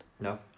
No